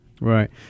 Right